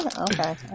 Okay